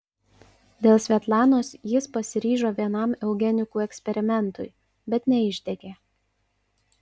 dėl svetlanos jis pasiryžo vienam eugenikų eksperimentui bet neišdegė